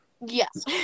Yes